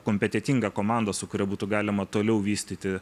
kompetentingą komandą su kuria būtų galima toliau vystyti